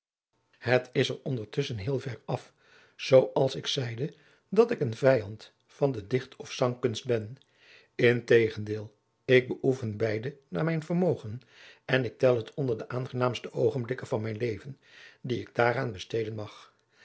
het is er ondertusschen heel ver af zoo als ik zeide dat ik een vijand van de dicht of zangkunst ben integendeel ik beoefen beide naar mijn vermogen en ik tel het onder de aangenaamste oogenblikken van mijn leven die ik daaraan besteden mag